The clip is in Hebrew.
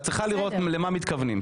את צריכה לראות למה מתכוונים,